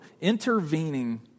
intervening